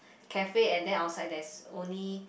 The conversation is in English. cafe and then outside there's only